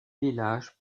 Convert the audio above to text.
villages